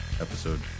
episode